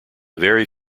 very